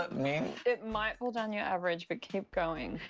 that mean? it might pull down your average but keep going.